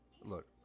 look